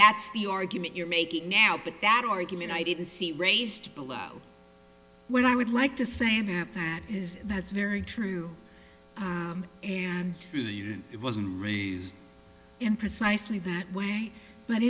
that's the argument you're making now but that argument i didn't see raised below when i would like to say that that his that's very true and it wasn't in precisely that way but